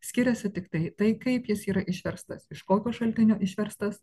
skiriasi tiktai tai kaip jis yra išverstas iš kokio šaltinio išverstas